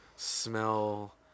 Smell